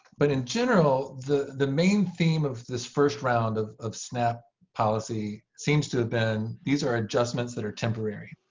but in general, the the main theme of this first round of of snap policy seems to have been these are adjustments that are temporary.